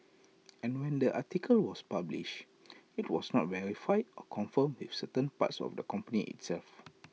and when the article was published IT was not verified or confirmed with certain parts of the company itself